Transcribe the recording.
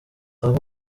aho